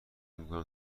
میکنم